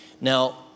Now